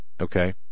okay